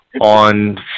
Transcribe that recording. on